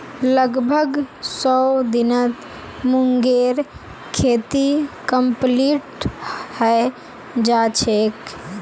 लगभग सौ दिनत मूंगेर खेती कंप्लीट हैं जाछेक